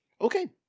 Okay